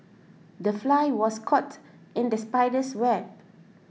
the fly was caught in the spider's web